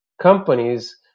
companies